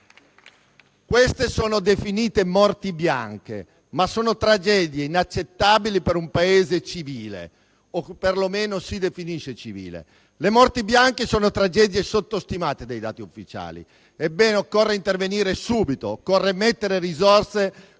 Queste sono definite morti bianche ma sono tragedie inaccettabili per un Paese civile, o che perlomeno si definisce tale. Le morti bianche sono tragedie sottostimate dai dati ufficiali. Ebbene, occorre intervenire subito. Occorre investire risorse perché